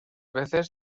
veces